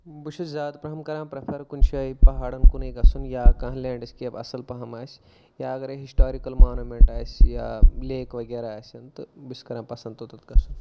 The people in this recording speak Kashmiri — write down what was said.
بہٕ چھُس زیٛادٕ پہم کران پرٮ۪فر کُنہِ جٲے پہاڑن کُنٕے گژھُن یا کانٛہہ لینڈسکیپ اصل پہم آسہِ یا اگرے ہسٹاریکل مانومیٚنٹ آسہٕ یا لیک وغیرہ آسن تہِ بہٕ چھُس کران پسنٛد توٚتن گژھُن